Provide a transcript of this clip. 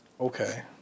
Okay